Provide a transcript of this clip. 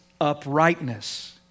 uprightness